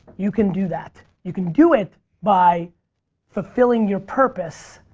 you can do that, you can do it by fulfilling your purpose